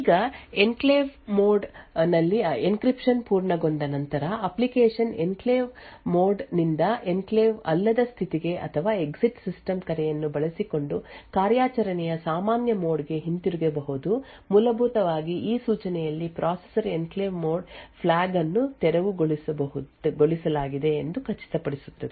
ಈಗ enclave mode ನಲ್ಲಿ encryption ಪೂರ್ಣಗೊಂಡ ನಂತರ ಅಪ್ಲಿಕೇಶನ್ ಎನ್ಕ್ಲೇವ್ ಮೋಡ್ ನಿಂದ ಎನ್ಕ್ಲೇವ್ ಅಲ್ಲದ ಸ್ಥಿತಿಗೆ ಅಥವಾ ಎಕ್ಸಿಟ್ ಸಿಸ್ಟಮ್ ಕರೆಯನ್ನು ಬಳಸಿಕೊಂಡು ಕಾರ್ಯಾಚರಣೆಯ ಸಾಮಾನ್ಯ ಮೋಡ್ ಗೆ ಹಿಂತಿರುಗಬಹುದು ಮೂಲಭೂತವಾಗಿ ಈ ಸೂಚನೆಯಲ್ಲಿ ಪ್ರೊಸೆಸರ್ ಎನ್ಕ್ಲೇವ್ ಮೋಡ್ ಫ್ಲ್ಯಾಗ್ ಅನ್ನು ತೆರವುಗೊಳಿಸಲಾಗಿದೆ ಎಂದು ಖಚಿತಪಡಿಸುತ್ತದೆ